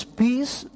peace